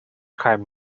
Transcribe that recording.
crime